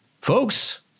Folks